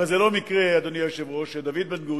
הרי זה לא מקרה, אדוני היושב-ראש, שדוד בן-גוריון,